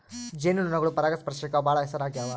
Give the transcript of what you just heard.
ಜೇನು ನೊಣಗಳು ಪರಾಗಸ್ಪರ್ಶಕ್ಕ ಬಾಳ ಹೆಸರಾಗ್ಯವ